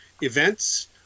events